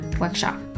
workshop